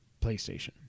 PlayStation